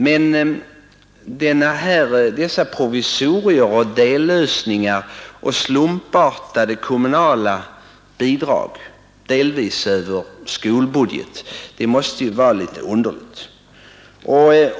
Men den nuvarande ordningen med provisorier, dellösningar och slumpartade kommunala bidrag — delvis över skolbudgeten — måste ju vara principiellt felaktiga.